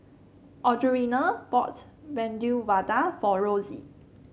Audrianna bought Medu Vada for Rosie